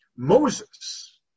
Moses